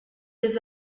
des